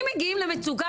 הציבו מצלמות.